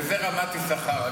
וזה רמת יששכר.